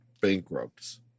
bankrupts